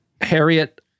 Harriet